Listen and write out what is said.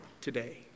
today